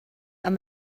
ond